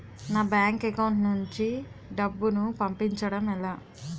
నా bank account నుంచి డబ్బును పంపించడం ఎలా?